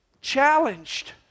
challenged